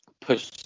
push